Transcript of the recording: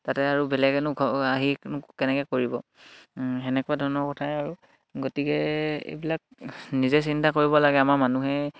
তাতে আৰু বেলেগেনো ঘ আহি কেনেকৈ কৰিব তেনেকুৱা ধৰণৰ কথাই আৰু গতিকে এইবিলাক নিজে চিন্তা কৰিব লাগে আমাৰ মানুহে